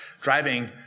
driving